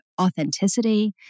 authenticity